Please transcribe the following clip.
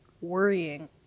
worrying